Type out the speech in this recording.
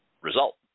result